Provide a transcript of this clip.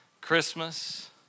Christmas